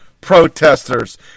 protesters